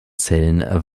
zellen